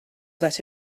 that